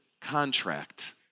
contract